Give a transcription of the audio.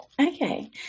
Okay